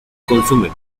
consumen